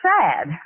sad